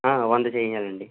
వంద చెయ్యాలండి